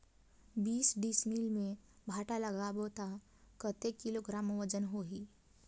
बीस डिसमिल मे भांटा लगाबो ता कतेक किलोग्राम वजन होही?